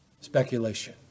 Speculation